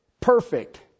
Perfect